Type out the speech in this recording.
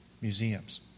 museums